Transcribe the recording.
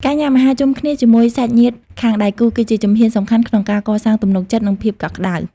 ការញ៉ាំអាហារជុំគ្នាជាមួយសាច់ញាតិខាងដៃគូ គឺជាជំហានសំខាន់ក្នុងការកសាងទំនុកចិត្ត និងភាពកក់ក្ដៅ។